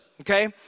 Okay